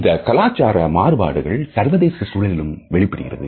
இந்த கலாச்சார மாறுபாடுகள் சர்வதேச சூழலிலும் வெளிப்படுகிறது